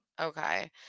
okay